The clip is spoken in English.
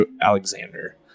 Alexander